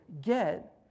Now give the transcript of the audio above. get